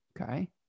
okay